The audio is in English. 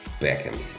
Beckham